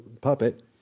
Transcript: puppet